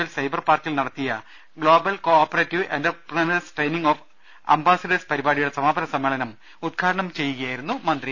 L cyber പാർക്കിൽ നടത്തിയ global cooperative entrepreneurs training of ambassadors പരിപാടിയുടെ സമാപന സമ്മേളനം ഉദ്ഘാനം ചെയ്യുകയായിരുന്നു മന്ത്രി